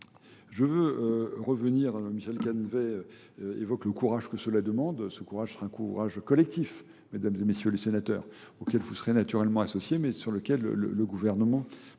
Je veux revenir... Michel Cannevet évoque le courage que cela demande. Ce courage sera un courage collectif, mesdames et messieurs les sénateurs, auquel vous serez naturellement associés, mais sur lequel le gouvernement prendra